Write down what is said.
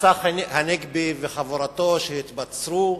בצחי הנגבי וחבורתו שהתבצרו